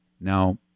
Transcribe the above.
Now